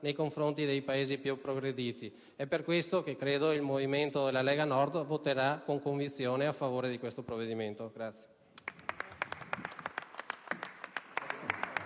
nei confronti dei Paesi più all'avanguardia. È per questo che il movimento della Lega Nord voterà con convinzione a favore di questo provvedimento.